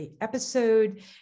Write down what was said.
episode